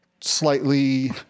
slightly